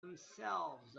themselves